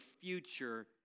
future